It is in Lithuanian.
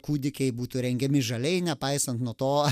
kūdikiai būtų rengiami žaliai nepaisant nuo to